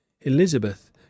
elizabeth